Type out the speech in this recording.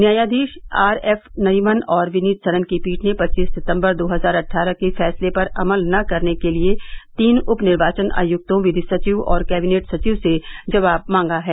न्यायाधीश R F Nariman और विनीत सरन की पीठ ने पच्चीस सितम्बर दो हजार अट्ठारह के फैसले पर अमल न करने के लिए तीन उपनिर्वाचन आयुक्तों विधि सचिव और कैबिनेट सचिव से जवाब मांगा है